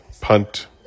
punt